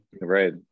right